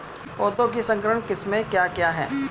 पौधों की संकर किस्में क्या क्या हैं?